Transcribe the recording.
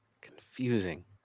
Confusing